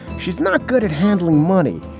she's not good at handling money,